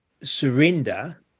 surrender